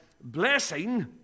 blessing